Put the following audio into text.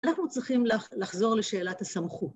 אנחנו צריכים לחזור לשאלת הסמכות.